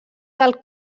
del